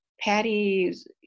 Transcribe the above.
Patty's